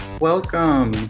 Welcome